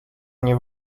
mnie